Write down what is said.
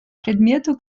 предмету